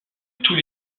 tous